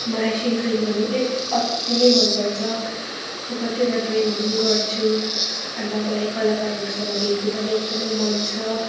मलाई चाहिँ ड्रयिङ गर्नु एक अति नै मन पर्छ म कतिवटा ड्रयिङहरू गर्छु अन्त मलाई कलाकारहरूसँग भेट्नु पनि एकदमै मन छ